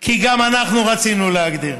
כי גם אנחנו רצינו להגדיר,